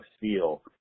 feel